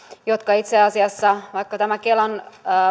itse asiassa vaikka tämä kelan